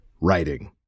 writing